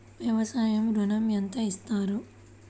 వ్యవసాయ ఋణం ఎంత ఇస్తారు?